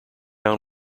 town